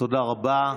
תודה רבה.